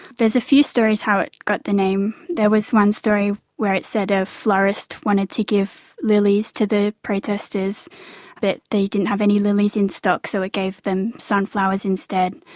a few stories how it got the name. there was one story where it said a florist wanted to give lilies to the protesters but they didn't have any lilies in stock so it gave them sunflowers instead.